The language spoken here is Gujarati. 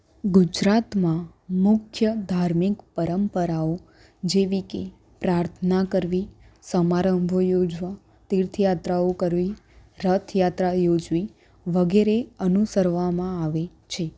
ગુજરાતમાં મુખ્ય ધાર્મિક પરંપરાઓ જેવી કે પ્રાર્થના કરવી સમારંભો યોજવા તીર્થયાત્રાઓ કરવી રથ યાત્રા યોજવી વગેરે અનુસરવામાં આવે છે